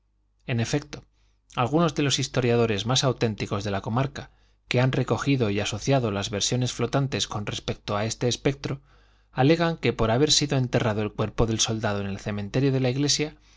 en efecto algunos de los historiadores más auténticos de la comarca que han recogido y asociado las versiones flotantes con respecto a este espectro alegan que por haber sido enterrado el cuerpo del soldado en el cementerio de la iglesia